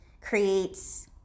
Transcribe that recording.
creates